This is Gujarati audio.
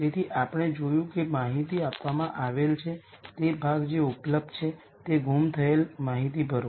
તેથી આપણે જોયું કે જે માહિતી આપવામાં આવેલ છે તે ભાગ છે જે ઉપલબ્ધ છે તે ગુમ થયેલ માહિતી ભરો